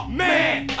man